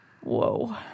Whoa